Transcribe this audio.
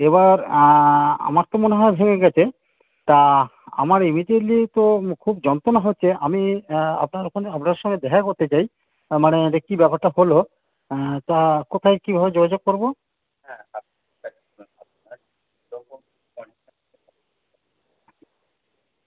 এবার আমার তো মনে হয় ভেঙে গেছে তা আমার ইমিডিয়েটলি তো খুব যন্ত্রণা হচ্ছে আমি আপনার ওখানে আপনার সঙ্গে দেখা করতে চাই মানে যে কী ব্যাপারটা হলো তা কোথায় কীভাবে যোগাযোগ করবো